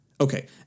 okay